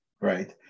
right